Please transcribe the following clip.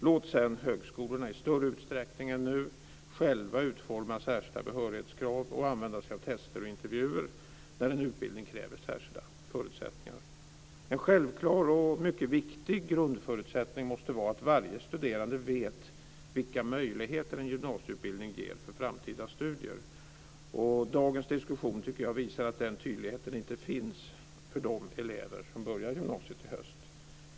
Låt sedan högskolorna i större utsträckning än nu själva utforma särskilda behörighetskrav och använda sig av tester och intervjuer när en utbildning kräver särskilda förutsättningar! En självklar och mycket viktig grundförutsättning måste vara att varje studerande vet vilka möjligheter en gymnasieutbildning ger för framtida studier. Jag tycker att dagens diskussion visar att den tydligheten inte finns för de elever som börjar gymnasiet i höst.